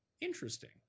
interesting